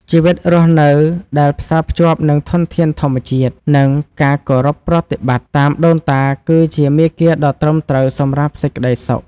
ជីវិតរស់នៅដែលផ្សារភ្ជាប់នឹងធនធានធម្មជាតិ និង ការគោរពប្រតិបត្តិតាមដូនតាគឺជាមាគ៌ាដ៏ត្រឹមត្រូវសម្រាប់សេចក្ដីសុខ។